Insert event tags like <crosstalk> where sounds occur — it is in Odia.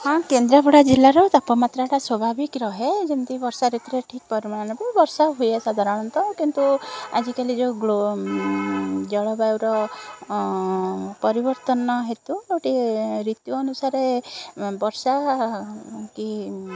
ହଁ କେନ୍ଦ୍ରାପଡ଼ା ଜିଲ୍ଲାର ତାପମାତ୍ରାଟା ସ୍ୱଭାବିକ ରହେ ଯେମତି ବର୍ଷାଋତୁରେ ଠିକ୍ ପରିମାଣରେ ବର୍ଷା ହୁଏ ସାଧାରଣତଃ କିନ୍ତୁ ଆଜିକାଲି ଯୋଉ <unintelligible> ଜଳବାୟୁର ପରିବର୍ତ୍ତନ ହେତୁ ଟିକେ ଋତୁ ଅନୁସାରେ ବର୍ଷା କି